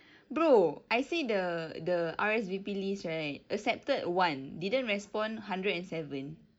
bro I see the the R_S_V_P list right accepted one didn't respond hundred and seven